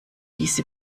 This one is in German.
diese